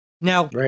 Now